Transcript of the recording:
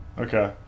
Okay